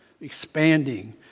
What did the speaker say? expanding